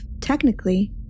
technically